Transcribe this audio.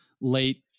late